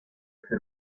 ese